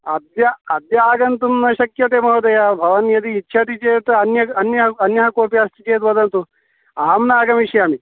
अद्य अद्य अद्य आगन्तुं न शक्यते महोदय भवान् यदि इच्छति चेत् अन्य अन्यः अन्यः कोपि अस्ति चेत् वदन्तु अहं न आगमिष्यामि